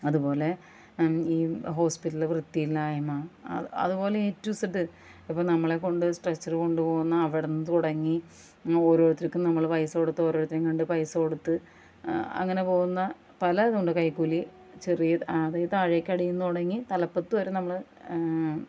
അതുപോലെ ഈ ഹോസ്പിറ്റലിലെ വൃത്തിയില്ലായ്മ അതുപോലെ എ ടു ഇസ്സ്ഡ്ഡ് ഇപ്പം നമ്മളെ കൊണ്ട് സ്ട്രക്ച്ചറ് കൊണ്ട് പോകുന്ന അവിടം തുടങ്ങി ഓരോരുത്തർക്കും നമ്മൾ പൈസ കൊടുത്ത് ഓരോരുത്തരെയും കണ്ട് പൈസ കൊടുത്ത് അങ്ങനെ പോകുന്ന പല ഇതുണ്ട് കൈക്കൂലി ചെറിയത് അതിൽ താഴേക്ക് അടിയിൽ നിന്ന് തുടങ്ങി തലപ്പത്ത് വരെ നമ്മൾ